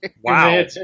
Wow